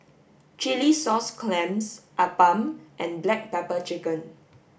chilli sauce clams appam and black pepper chicken